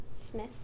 Smith